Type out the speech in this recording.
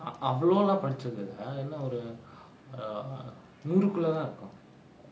அவ்ளோலாம் படிச்சது இல்ல என்ன ஒரு நூருக்குள்ளதா இருக்கும்:avlolaam padichathu illa enna oru noorukkullatha irukkum